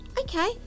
okay